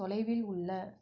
தொலைவில் உள்ள